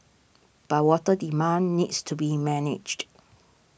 but water demand needs to be managed